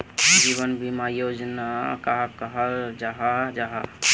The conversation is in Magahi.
जीवन बीमा योजना कहाक कहाल जाहा जाहा?